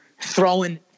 throwing